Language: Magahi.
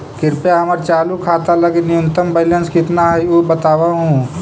कृपया हमर चालू खाता लगी न्यूनतम बैलेंस कितना हई ऊ बतावहुं